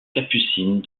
capucines